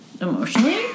emotionally